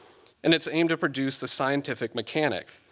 and its aim to produce the scientific mechanic,